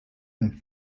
and